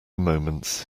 moments